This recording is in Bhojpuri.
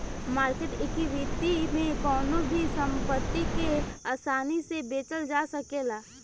मार्केट इक्विटी में कवनो भी संपत्ति के आसानी से बेचल जा सकेला